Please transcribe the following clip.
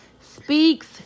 Speaks